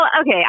okay